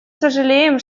сожалеем